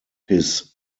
his